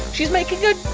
she's making a